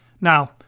Now